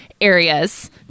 areas